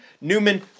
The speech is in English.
Newman